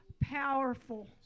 powerful